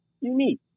unique